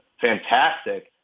fantastic